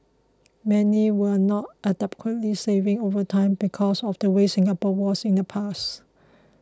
many were not adequately saving over time because of the way Singapore was in the past